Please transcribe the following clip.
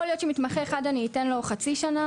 יכול להיות שלמתמחה אחד אתן חצי שנה